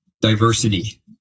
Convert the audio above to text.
diversity